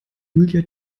julia